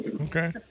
Okay